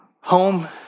Home